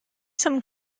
some